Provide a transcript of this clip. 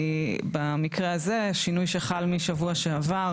במקרה הזה, שינוי שחל משבוע שעבר.